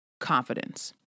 confidence